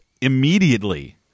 immediately